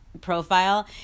profile